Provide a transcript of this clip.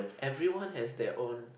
everyone has their own